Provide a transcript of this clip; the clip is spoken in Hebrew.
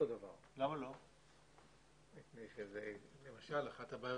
אחת הבעיות